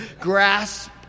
grasp